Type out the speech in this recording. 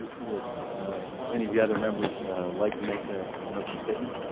would any of the other members like to make ah an opening statement?